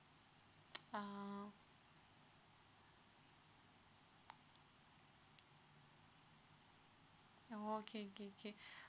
uh oh K K K